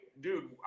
dude